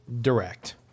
direct